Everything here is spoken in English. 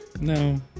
No